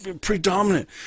predominant